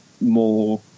more